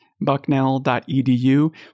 bucknell.edu